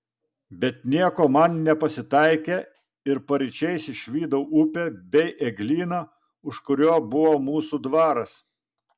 bet nieko man nepasitaikė ir paryčiais išvydau upę bei eglyną už kurio buvo mūsų dvaras